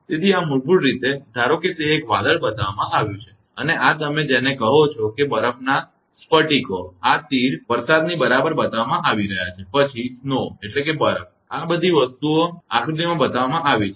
તેથી આ મૂળભૂત રીતે ધારો કે તે એક વાદળ બતાવવામાં આવ્યું છે અને આ તમે જેને કહો છો કે બરફના સ્ફટિકો આ તીર દ્વારા વરસાદની બરાબર બતાવવામાં આવી રહ્યા છે પછી બરફ આ બધી વસ્તુઓ આકૃતિમાં બતાવવામાં આવી છે